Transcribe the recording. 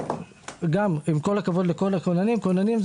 עם כל הכבוד לכל הכוננים,